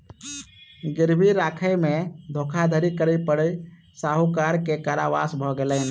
गिरवी राखय में धोखाधड़ी करै पर साहूकार के कारावास भ गेलैन